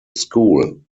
school